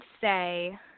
say